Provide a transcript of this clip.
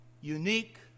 unique